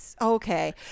Okay